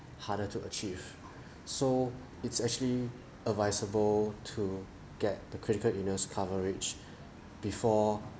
harder to achieve so it's actually advisable to get the critical illness coverage before